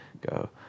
go